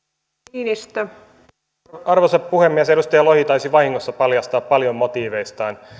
arvoisa puhemies edustaja lohi taisi vahingossa paljastaa paljon motiiveistaan